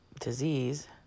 disease